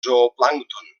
zooplàncton